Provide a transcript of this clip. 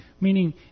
meaning